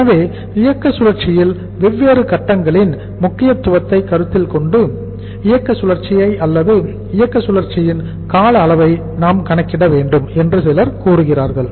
எனவே இயக்க சுழற்சியில் வெவ்வேறு கட்டங்களின் முக்கியத்துவத்தை கருத்தில் கொண்டு இயக்க சுழற்சியை அல்லது இயக்க சுழற்சியின் கால அளவை நாம் கணக்கிட வேண்டும் என்று சிலர் கூறுகிறார்கள்